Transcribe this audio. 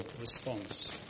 response